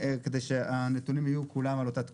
כדי שהנתונים יהיו כולם על אותה תקופה.